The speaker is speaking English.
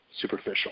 superficial